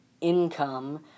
income